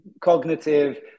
cognitive